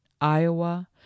Iowa